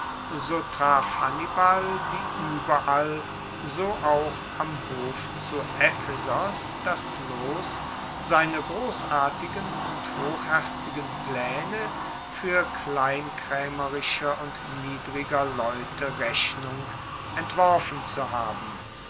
so traf hannibal wie ueberall so auch am hof zu ephesos das los seine grossartigen und hochherzigen plaene fuer kleinkraemerischer und niedriger leute rechnung entworfen zu haben